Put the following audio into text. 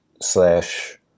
slash